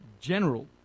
general